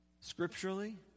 scripturally